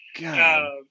God